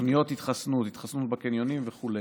תוכניות התחסנות, התחסנות בקניונים וכו'.